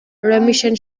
römischen